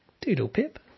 Doodle-pip